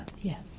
Yes